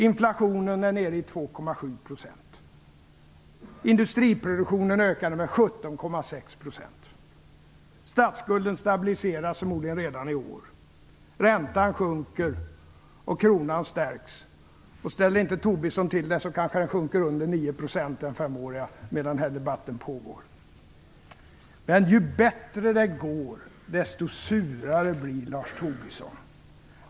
Inflationen är nere i 2,7 %. Industriproduktionen ökade med 17,6 %. Statsskulden stabiliseras förmodligen redan i år. Räntan sjunker och kronan stärks. Om Tobisson inte ställer till det, kanske den femåriga räntan sjunker under 9 % medan den här debatten pågår. Men ju bättre det går, desto surare blir Lars Tobisson.